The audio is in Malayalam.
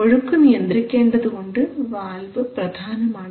ഒഴുക്ക് നിയന്ത്രിക്കേണ്ടതുകൊണ്ട് വാൽവ് പ്രധാനമാണ്